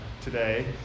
today